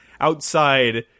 outside